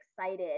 excited